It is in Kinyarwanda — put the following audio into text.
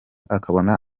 akabona